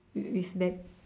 with that